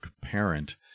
parent